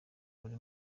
buri